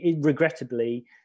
regrettably